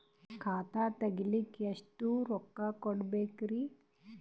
ಖಾತಾ ತೆರಿಲಿಕ ಎಷ್ಟು ರೊಕ್ಕಕೊಡ್ಬೇಕುರೀ?